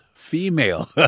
Female